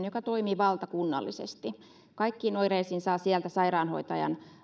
joka toimii valtakunnallisesti kaikkiin oireisiin saa sieltä sairaanhoitajan